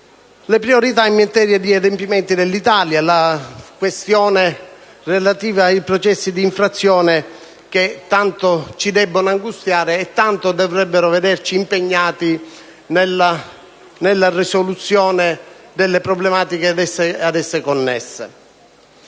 le priorità in materia di adempimenti dell'Italia, la questione relativa ai processi di infrazione, che tanto ci debbono angustiare e tanto dovrebbero vederci impegnati nella risoluzione delle problematiche ad essi connesse.